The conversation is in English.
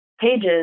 pages